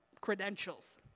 credentials